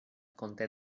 conté